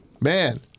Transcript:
Man